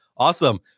Awesome